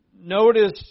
notice